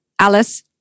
Alice